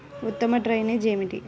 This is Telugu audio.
ఉత్తమ డ్రైనేజ్ ఏమిటి?